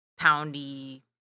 poundy